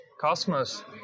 Cosmos